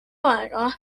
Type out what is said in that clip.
aega